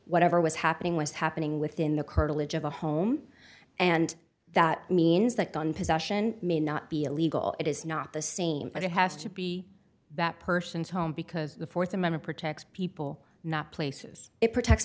whatever was happening was happening within the curtilage of a home and that means that gun possession may not be illegal it is not the same as it has to be that person's home because the th amendment protects people not places it protects